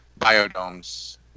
biodomes